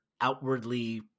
outwardly